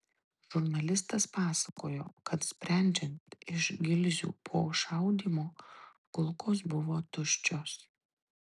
žurnalistas pasakojo kad sprendžiant iš gilzių po šaudymo kulkos buvo tuščios